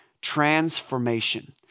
transformation